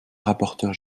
rapporteur